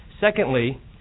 secondly